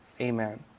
Amen